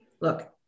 Look